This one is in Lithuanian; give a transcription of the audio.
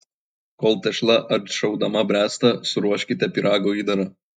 kol tešla ataušdama bręsta suruoškite pyrago įdarą